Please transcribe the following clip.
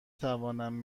توانم